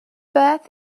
beth